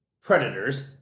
predators